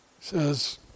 says